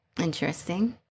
Interesting